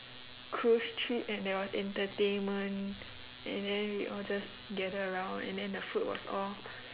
cruise trip and there was entertainment and then we all just gather around and then the food was all